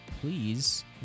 please